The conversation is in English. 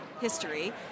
history